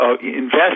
invest